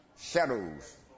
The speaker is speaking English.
shadows